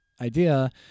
idea